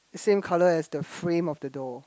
the same colour as the frame of the door